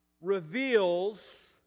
reveals